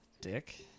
dick